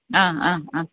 ആ ആ ആ